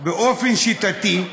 באופן שיטתי,